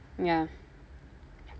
ya